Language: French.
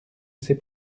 ces